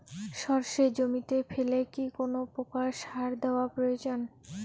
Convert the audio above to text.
সর্ষে জমিতে ফেলে কি কোন প্রকার সার দেওয়া প্রয়োজন?